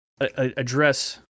address